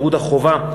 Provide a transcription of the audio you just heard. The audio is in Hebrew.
שירות החובה,